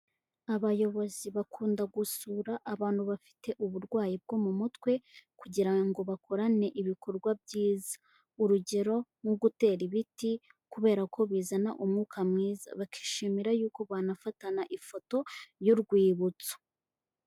Abayobozi bakunda gusura abantu bafite uburwayi bwo mu mutwe kugira ngo bakorane ibikorwa byiza, urugero nko gutera ibiti kubera ko bizana umwuka mwiza, bakishimira yuko banafatana ifoto y'urwibutso.